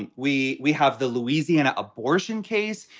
and we we have the louisiana abortion case,